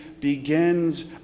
begins